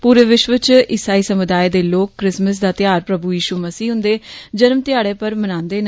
पूरे विश्व इच ईसाई समुदाए दे लोक क्रिसमिस दा त्यौहार प्रभु यशु मसीह हुन्दे जरम ध्याड़ै पर मनांदे न